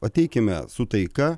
ateikime su taika